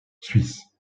suisse